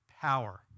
power